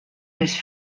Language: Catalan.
més